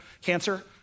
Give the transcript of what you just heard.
cancer